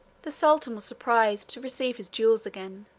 the sultan was surprised to receive his jewels again,